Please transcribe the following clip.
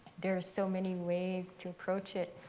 there are so many ways to approach it.